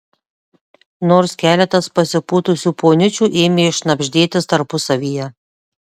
nors keletas pasipūtusių poniučių ėmė šnabždėtis tarpusavyje